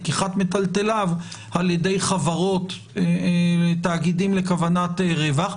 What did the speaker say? לקיחת מטלטליו על ידי חברות או תאגידים לכוונת רווח,